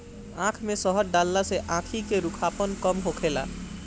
आँख में शहद डालला से आंखी के रूखापन कम होखेला